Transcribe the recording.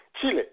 Chile